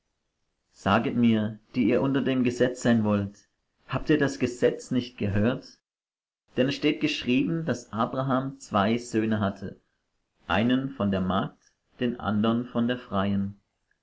saget mir die ihr unter dem gesetz sein wollt habt ihr das gesetz nicht gehört denn es steht geschrieben daß abraham zwei söhne hatte einen von der magd den andern von der freien